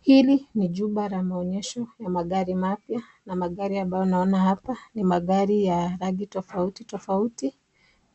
Hili ni chumba la maegesho la magari mapya na magari ambao naona hapa ni magari ya rangi tofauti tofauti